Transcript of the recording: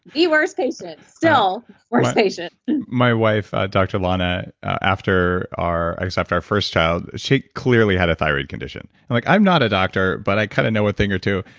the worst patient, still worst patient my wife, dr. lana, after our. except our first child, she clearly had a thyroid condition i'm like i'm not a doctor, but i kind of know a thing or two,